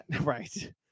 right